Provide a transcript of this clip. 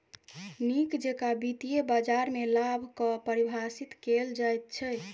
नीक जेकां वित्तीय बाजारमे लाभ कऽ परिभाषित कैल जाइत छै